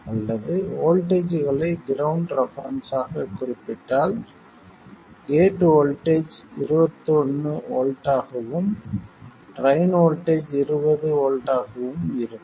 அல்லது வோல்ட்டேஜ்களை ground reference ஆக குறிப்பிட்டால் கேட் வோல்ட்டேஜ் 21 வோல்ட்டாகவும் ட்ரைன் வோல்ட்டேஜ் 20 வோல்ட்டாகவும் இருக்கும்